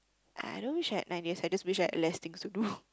I don't wish I had nine days I just wished I had less things to do